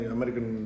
American